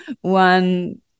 one